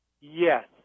yes